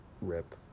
rip